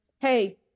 Hey